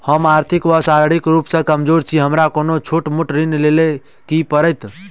हम आर्थिक व शारीरिक रूप सँ कमजोर छी हमरा कोनों छोट मोट ऋण लैल की करै पड़तै?